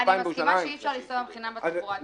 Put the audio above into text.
אני מסכימה שאי אפשר לנסוע חינם בתחבורה הציבורית.